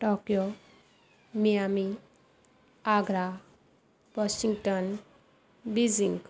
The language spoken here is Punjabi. Tokyo Miami Agra Washington Beijing